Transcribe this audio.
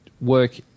work